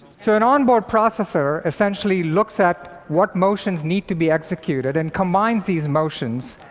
so an on-board processor essentially looks at what motions need to be executed and combines these motions,